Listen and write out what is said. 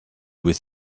with